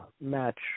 match